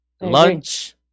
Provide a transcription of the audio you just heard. lunch